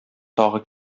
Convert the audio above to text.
тагы